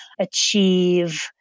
achieve